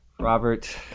Robert